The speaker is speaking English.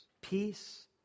peace